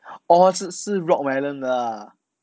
oh 是是 rockmelon 的 ha